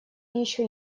еще